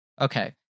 Okay